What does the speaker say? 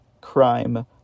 crime